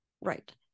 Right